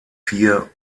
vier